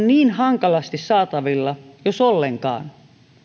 niin hankalasti saatavilla jos ollenkaan